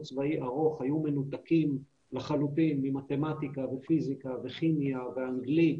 צבאי ארוך היו מנותקים לחלוטין ממתמטיקה ופיזיקה וכימיה ואנגלית